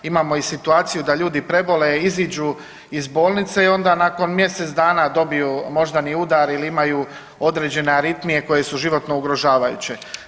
Imamo i situaciju da ljudi prebole, iziđu iz bolnice i onda nakon mjesec dana dobiju moždani udar ili imaju određene aritmije koje su životno ugrožavajuće.